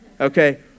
Okay